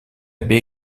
baie